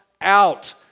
out